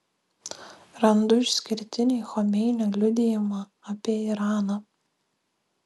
randu išskirtinį chomeinio liudijimą apie iraną